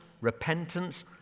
repentance